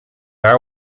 our